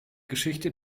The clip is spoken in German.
geschichte